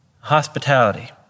Hospitality